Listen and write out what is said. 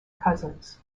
cousins